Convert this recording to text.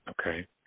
Okay